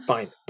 Fine